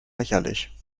lächerlich